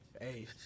hey